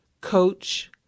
coach